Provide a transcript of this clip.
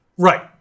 Right